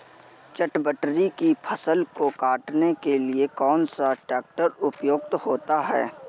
चटवटरी की फसल को काटने के लिए कौन सा ट्रैक्टर उपयुक्त होता है?